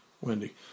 Wendy